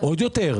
עוד יותר.